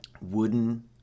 wooden